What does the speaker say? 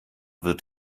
wird